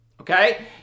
Okay